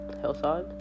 hillside